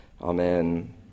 Amen